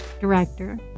director